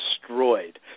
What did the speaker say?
destroyed